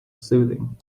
soothing